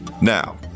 Now